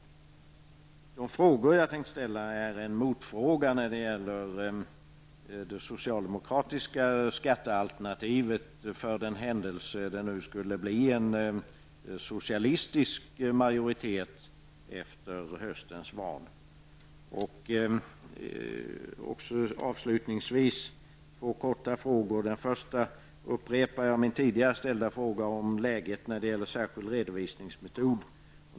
En av de frågor jag tänkt ställa är en motfråga när det gäller det socialdemokratiska skattealternativet för den händelse det skulle bli en socialistisk majoritet efter höstens val. Avslutningsvis har jag två korta frågor. För det första upprepar jag min tidigare ställda fråga om läget när det gäller särskild redovisningsmetod.